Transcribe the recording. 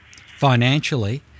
Financially